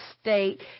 state